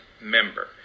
member